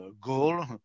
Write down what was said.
goal